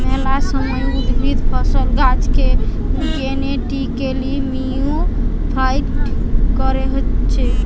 মেলা সময় উদ্ভিদ, ফসল, গাছেকে জেনেটিক্যালি মডিফাইড করা হতিছে